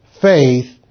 faith